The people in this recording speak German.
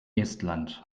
estland